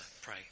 pray